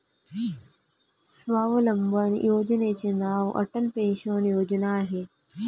स्वावलंबन योजनेचे नाव अटल पेन्शन योजना आहे